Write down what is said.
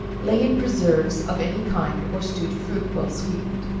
lay in preserves of any kind, or stewed fruit, well sweetened,